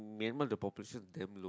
Myanmar the population damn low